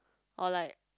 or like